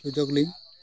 ᱥᱩᱡᱳᱜᱽ ᱞᱤᱧ